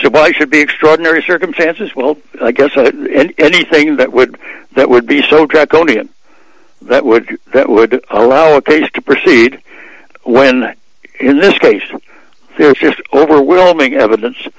the why should be extraordinary circumstances well i guess anything that would that would be so tried golden that would that would allow a case to proceed when in this case there's just overwhelming evidence